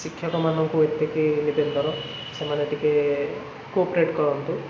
ଶିକ୍ଷକମାନଙ୍କୁ ଏତିକି ଦରକାର ସେମାନେ ଟିକିଏ କୋପରେଟ କରନ୍ତୁ